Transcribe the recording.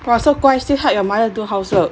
!wah! so 乖 still help your mother do housework